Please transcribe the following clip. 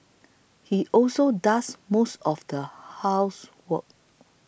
he also does most of the housework